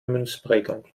münzprägung